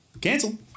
Cancel